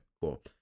cool